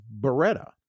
Beretta